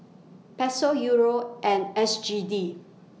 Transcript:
Peso Euro and S G D